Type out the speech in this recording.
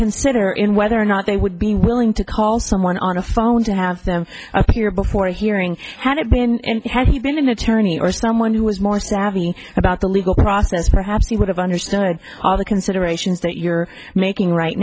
consider in whether or not they would be willing to call someone on the phone to have them appear before a hearing had been had he been an attorney or someone who was more savvy about the legal process perhaps you would have understood all the considerations that you're making right